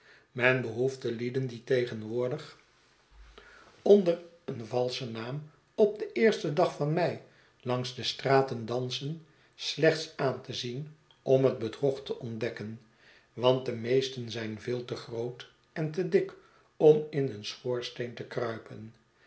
men behoeft de lieden die tegenwoordig onder een valschen naam op den eersten dag van mei langs de straten dansen slechts aan te zien om het bedrog te ontdekken wantde meesten zijn veel te groot en te dik om in een schoorsteen te kruipen